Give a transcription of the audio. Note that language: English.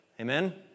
Amen